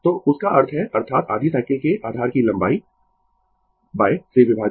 तो उसका अर्थ है अर्थात आधी साइकिल के आधार की लंबाई से विभाजित